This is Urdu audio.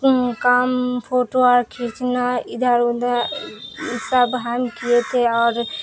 کام فوٹو اور کھینچنا ادھر ادھر سب ہم کیے تھے اور